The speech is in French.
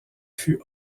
fut